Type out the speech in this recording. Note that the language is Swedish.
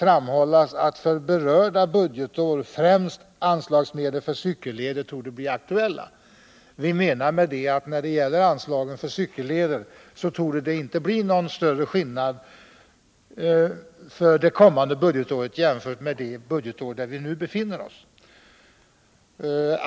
framhållas att för berörda budgetår främst anslagsmedlen för cykelleder torde bli aktuella.” Vi menar att det under det kommande budgetåret inte torde bli någon skillnad i medelsbehovet jämfört med de behov som föreligger under det innevarande budgetåret.